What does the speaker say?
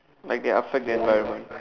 like they affect the environment